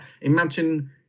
imagine